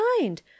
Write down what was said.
mind